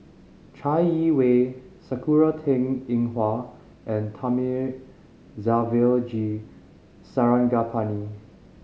Chai Yee Wei Sakura Teng Ying Hua and Thamizhavel G Sarangapani